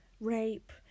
rape